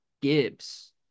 Gibbs